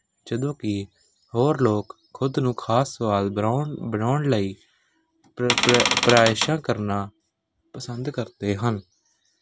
ਜਦੋਂ ਕਿ ਹੋਰ ਲੋਕ ਖੁਦ ਨੂੰ ਖਾਸ ਸਵਾਦ ਬਣਾਉਣ ਬਣਾਉਣ ਲਈ ਪਰਾਇਸ਼ਾਂ ਕਰਨਾ ਪਸੰਦ ਕਰਦੇ ਹਨ